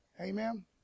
Amen